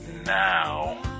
Now